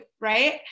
right